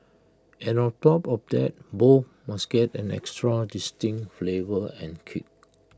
and on top of that both must get an extra distinct flavour and kick